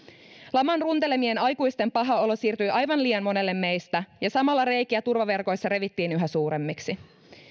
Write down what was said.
laman runtelemien aikuisten paha olo siirtyi aivan liian monelle meistä ja samalla reikiä turvaverkoissa revittiin yhä suuremmiksi